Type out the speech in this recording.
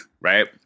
right